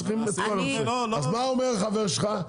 צריכים את כל --- ומה אומר חבר שלך,